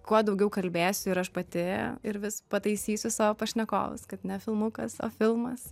kuo daugiau kalbėsiu ir aš pati ir vis pataisysiu savo pašnekovus kad ne filmukas o filmas